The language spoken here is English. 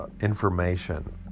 information